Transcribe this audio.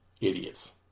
Idiots